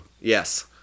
Yes